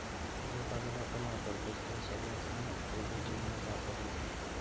जो कागद आपण वापरतस तो सर्वासना पैले चीनमा सापडना